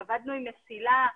עבדנו עם מציל"ה,